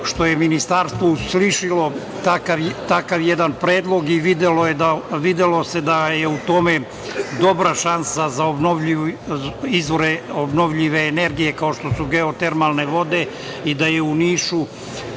što je ministarstvo uslišilo takav jedan predlog i videlo se da je u tome dobra šansa za obnovljive izvore, obnovljive energije kao što su geotermalne vode i da je u Nišu